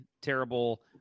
terrible